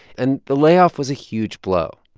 and the layoff was a huge blow.